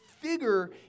figure